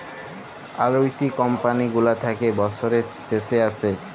আলুইটি কমপালি গুলা থ্যাকে বসরের শেষে আসে